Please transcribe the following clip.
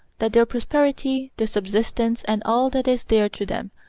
that their prosperity, their subsistence, and all that is dear to them,